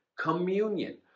communion